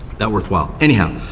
that worthwhile. anyhow,